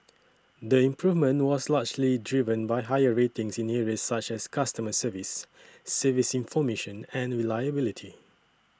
the improvement was largely driven by higher ratings in areas such as customer service service information and reliability